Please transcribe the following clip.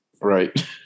right